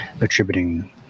attributing